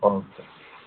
okay